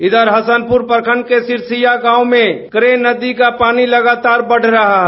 इधर हसनपुर प्रखंड के सिरसिया गांव में करेल नदी का पानी लगातार बढ़ रहा है